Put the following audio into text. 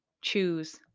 choose